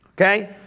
Okay